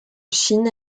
chine